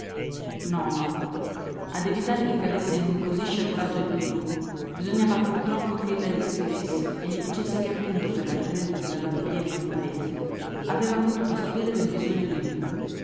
ad evitare che cadesse in un così sciagurato equivoco bisognava purtroppo ch'ella gli scrivesse e gli dicesse che appunto per la presenza della valpieri nel paese aveva potuto sapere del bisogno di lui